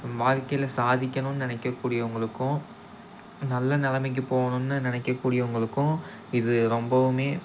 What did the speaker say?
வாழ்க்கையில சாதிக்கணுன்னு நினைக்க கூடியவங்களுக்கும் நல்ல நெலைமைக்கி போணும்னு நினைக்க கூடியவங்களுக்கும் இது ரொம்பவும்